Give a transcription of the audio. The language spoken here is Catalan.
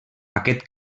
aquest